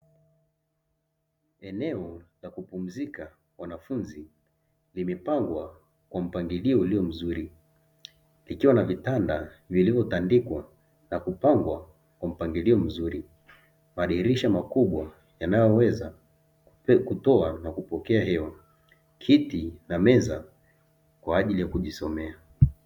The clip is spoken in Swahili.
Eneo la kupumzika wanafunzi limepangwa kwa mpangilio ulio mzuri ikiwa na vitanda vilivyotandikwa na kupangwa kwa mpangilio mzuri, madirisha makubwa yanayoweza kutoa na kupokea hewa, kiti na meza kwa ajili ya kujisomea.